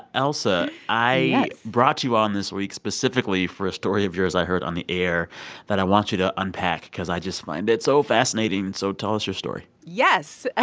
ailsa, i. yes. brought you on this week specifically for a story of yours i heard on the air that i want you to unpack because i just find it so fascinating. so tell us your story yes.